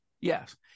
yes